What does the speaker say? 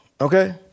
Okay